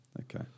okay